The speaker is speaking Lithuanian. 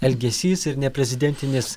elgesys ir neprezidentinis